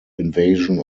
invasion